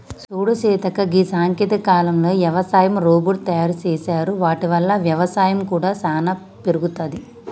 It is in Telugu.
సూడు సీతక్క గీ సాంకేతిక కాలంలో యవసాయ రోబోట్ తయారు సేసారు వాటి వల్ల వ్యవసాయం కూడా సానా పెరుగుతది